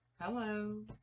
Hello